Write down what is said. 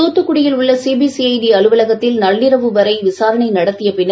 தூத்துக்குடியில் உள்ள சிபிசிஐடி அலுலகத்தில் நள்ளிரவு வரை விசாரணை நடத்திய பின்னர்